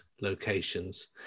locations